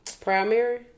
primary